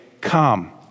come